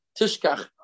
Tishkach